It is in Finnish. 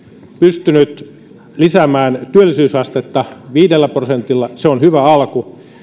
pystynyt lisäämään työllisyysastetta viidellä prosentilla se on hyvä alku